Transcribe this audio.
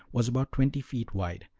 was about twenty feet wide,